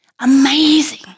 Amazing